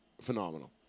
phenomenal